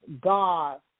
God